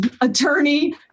attorney